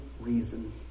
reason